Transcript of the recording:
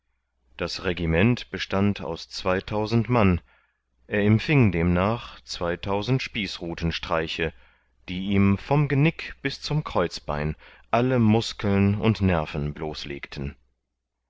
das regiment bestand aus mann er empfing demnach spießruthenstreiche die ihm vom genick bis zum kreuzbein alle muskeln und nerven